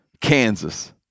Kansas